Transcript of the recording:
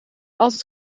altijd